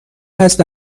هست